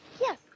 Yes